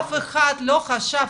אף אחד לא חשב,